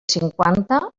cinquanta